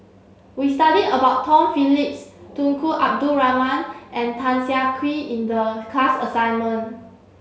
we studied about Tom Phillips Tunku Abdul Rahman and Tan Siak Kew in the class assignment